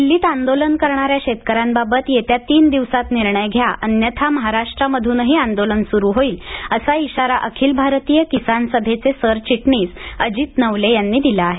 दिल्लीत आंदोलन करणाऱ्या शेतकऱ्यांबाबत येत्या तीन दिवसात निर्णय घ्या अन्यथा महाराष्ट्रामध्रनही आंदोलन सुरू होईल असा इशारा अखिल भारतीय किसान सभेचे सरचिटणीस अजित नवले यांनी दिला आहे